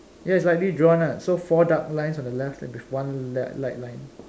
yes lightly drawn lah so four dark lines on the left and with one l~ light line